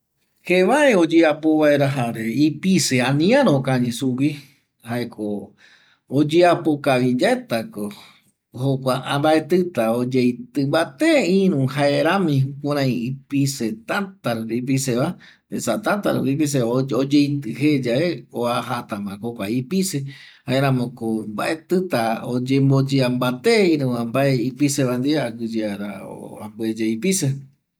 ﻿Jevae oyeapo vaera, jare ipise aniara okañƚ sugui jaeko oyeapo kavi yaetako jokua, mbaetƚta oyeitƚ mbate iru jaerami kurai ipise täta ipiseva, esa täta rupi ipiseva oyeitƚ jeyae oajatamako ipise, jaeramoko mbaetƚta oyemboyea mbate iruva mbae ipiseva ndie aguƚyeara ambueye ipise